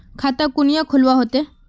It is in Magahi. खाता कुनियाँ खोलवा होते?